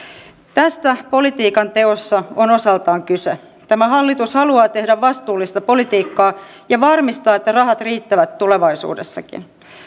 tästä politiikan teossa on osaltaan kyse tämä hallitus haluaa tehdä vastuullista politiikkaa ja varmistaa että rahat riittävät tulevaisuudessakin